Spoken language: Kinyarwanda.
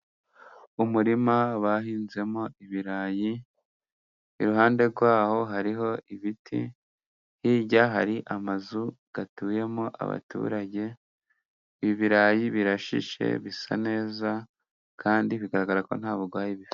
Umurima bahinzemo ibirayi, iruhande rwaho hariho ibiti, hirya hari amazu atuyemo abaturage, ibirayi birashishe bisa neza kandi bigaragara ko nta burwayi bi.